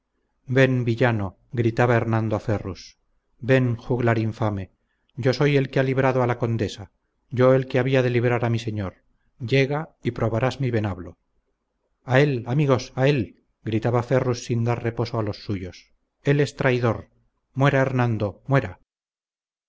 ven villano gritaba hernando a ferrus ven juglar infame yo soy el que ha librado a la condesa yo el que había de librar a mi señor llega y probarás mi venablo a él amigos a él gritaba ferrus sin dar reposo a los suyos él es traidor muera hernando muera